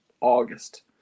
August